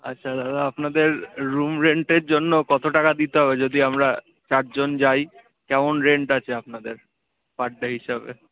আচ্ছা দাদা আপনাদের রুম রেন্টের জন্য কত টাকা দিতে হবে যদি আমরা চারজন যাই কেমন রেন্ট আছে আপনাদের পার ডে হিসাবে